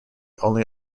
only